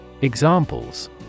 Examples